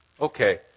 Okay